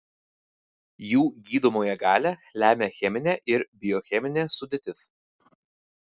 jų gydomąją galią lemia cheminė ir biocheminė sudėtis